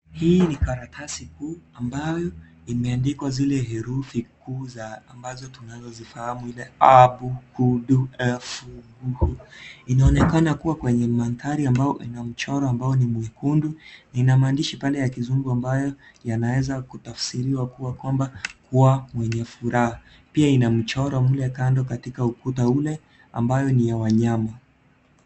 Hii ni karatasi kuu ambayo imeandikwa zile herufi kuu za ambazo tunazifahamu a, b, c, d, e,f. Inaonekana kuwa kwenye mandhari ambayo ina mchoro ambao ni mwekundu. Lina maandishi pande ya kizungu ambayo yanaweza kutafsiriwa kuwa kwamba mwenye furaha. Pia ina mchoro mle kando katika ukuta ule ambayo ni ya wanyama.